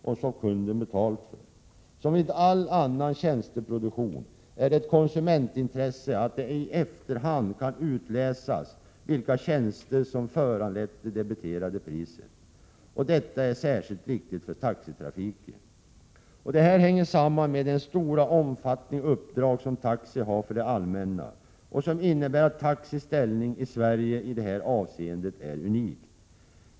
Liksom vid all annan tjänsteproduktion är det ett konsumentintresse att man i efterhand kan utläsa vilka tjänster som föranlett det debiterade priset. Det är särskilt viktigt för taxitrafiken. Det hänger samman med den stora omfattningen de uppdrag har som taxi utför för det allmänna. Detta innebär att taxis ställning i Sverige är unik i detta avseende.